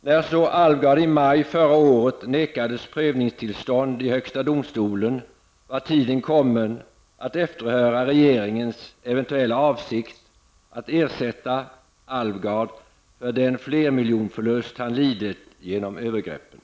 När så Alvgard i maj förra året nekades prövningstillstånd i högsta domstolen var tiden kommen att efterhöra regeringens eventuella avsikt att ersätta Alvgard för den flermiljonförlust han lidit genom övergreppen.